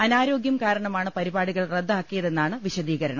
അനാ രോഗ്യം കാരണമാണ് പരിപാടികൾ റദ്ദാക്കിയതെന്നാണ് പിശ ദീകരണം